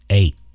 eight